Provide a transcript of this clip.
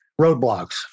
roadblocks